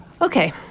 Okay